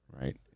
right